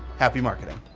happy marketing.